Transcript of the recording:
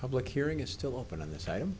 public hearing is still open on this item